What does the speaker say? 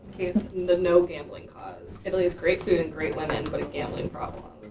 the no gambling cause. italy has great food and great women but gambling problem.